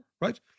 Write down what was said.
right